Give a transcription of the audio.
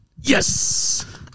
yes